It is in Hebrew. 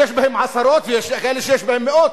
שיש בהם עשרות, ויש כאלה שיש בהם מאות.